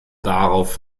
darauf